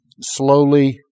slowly